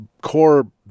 core